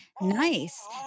Nice